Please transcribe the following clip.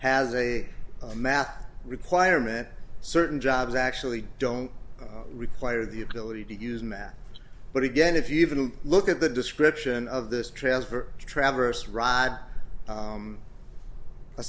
has a math requirement certain jobs actually don't require the ability to use math but again if you even look at the description of this transfer traverse ride